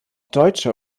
deutsche